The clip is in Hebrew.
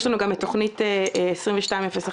יש את תוכנית 220102,